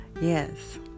yes